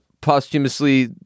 posthumously